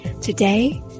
Today